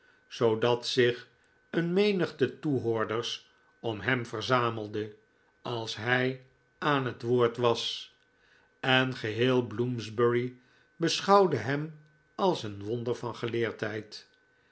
zoodat zich een menigte toehoorders om hem verzamelde als hij aan het woord was en geheel bloomsbury beschouwde hem als een wonder van